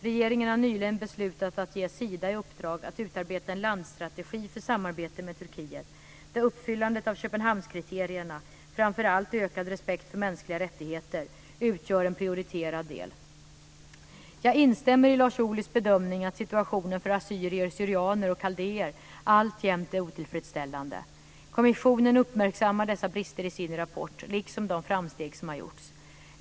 Regeringen har nyligen beslutat att ge Sida i uppdrag att utarbeta en landstrategi för samarbete med Turkiet där uppfyllandet av Köpenhamnskriterierna, framför allt ökad respekt för mänskliga rättigheter, utgör en prioriterad del. Jag instämmer i Lars Ohlys bedömning att situationen för assyrier/syrianer och kaldéer alltjämt är otillfredsställande. Kommissionen uppmärksammar dessa brister i sin rapport, liksom de framsteg som har gjorts.